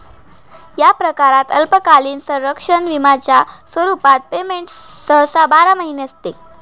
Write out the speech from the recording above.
या प्रकरणात अल्पकालीन संरक्षण विम्याच्या स्वरूपात पेमेंट सहसा बारा महिने असते